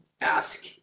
ask